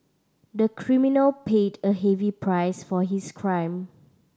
the criminal paid a heavy price for his crime